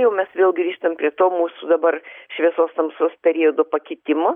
jau mes vėl grįžtam prie to mūsų dabar šviesos tamsos periodo pakitimo